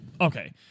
Okay